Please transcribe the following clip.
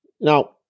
Now